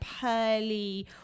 pearly